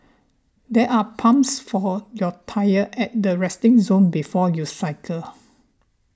there are pumps for your tyre at the resting zone before you cycle